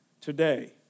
today